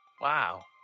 Wow